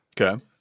Okay